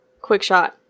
Quickshot